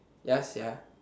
ya sia